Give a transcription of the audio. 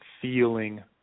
feeling